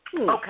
Okay